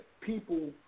people